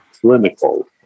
clinical